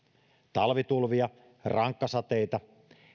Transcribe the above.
talvitulvia rankkasateita